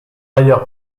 ailleurs